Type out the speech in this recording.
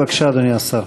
בבקשה, אדוני השר.